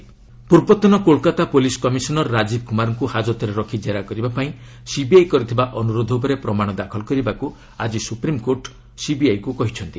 SC chit fund ପୂର୍ବତନ Kolkata police commissioner Rajeev କୁମାରଙ୍କୁ ହାଜତରେ ରଖି କେରା କରିବା ପାଇଁ ସିବିଆଇ କରିଥିବା ଅନୁରୋଧ ଉପରେ ପ୍ରମାଣ ଦାଖଲ କରିବାକୁ ଆଜି ସୁପ୍ରିମ୍କୋର୍ଟ ସିବିଆଇକୁ କହିଛନ୍ତି